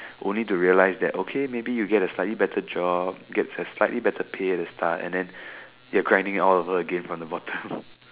only to realise that okay maybe you get a slightly better job get a slightly better pay at the start and then you're grinding it all over again from the bottom